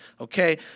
okay